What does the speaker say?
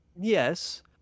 Yes